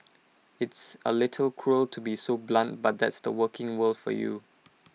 it's A little cruel to be so blunt but that's the working world for you